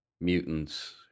mutants